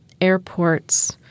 airports